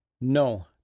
No